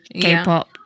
k-pop